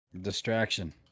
distraction